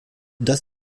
dass